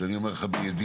כשאני אומר לך בידיעה,